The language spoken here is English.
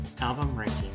album-ranking